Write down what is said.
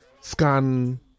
scan